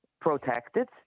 protected